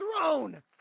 throne